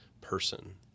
person